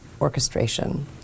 orchestration